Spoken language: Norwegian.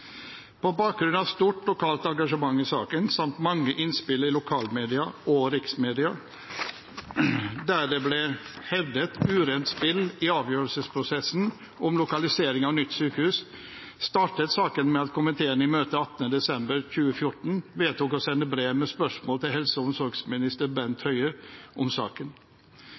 På bakgrunn av stort lokalt engasjement i saken samt mange innspill i lokalmedia og riksmedia, der det ble hevdet å ha vært urent spill i avgjørelsesprosessen om lokalisering av nytt sykehus, startet saken med at komiteen i møte 18. desember 2014 vedtok å sende brev med spørsmål til helse- og omsorgsminister Bent